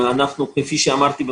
כפי שאמרתי,